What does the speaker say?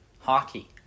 hockey